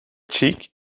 cheek